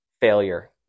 failure